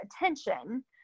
attention